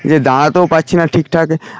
যে দাঁড়াতেও পারছি না ঠিকঠাক